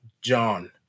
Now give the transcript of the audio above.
John